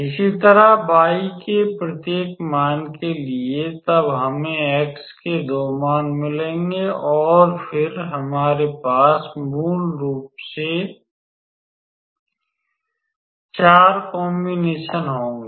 इसी तरह y के प्रत्येक मान के लिए तब हमें x के 2 मान मिलेंगे और फिर हमारे पास मूल रूप से 4 कॉमबीनेसन होंगे